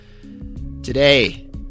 today